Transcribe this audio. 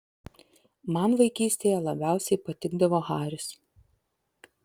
man vaikystėje labiausiai patikdavo haris